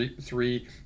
three